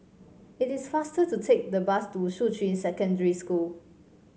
it is faster to take the bus to Shuqun Secondary School